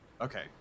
Okay